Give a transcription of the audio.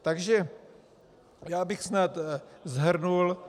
Takže já bych to snad shrnul.